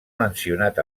mencionat